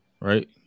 right